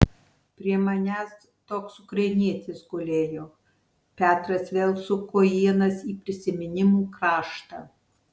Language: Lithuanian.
prie manęs toks ukrainietis gulėjo petras vėl suko ienas į prisiminimų kraštą